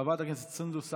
חברת הכנסת סונדוס סלאח,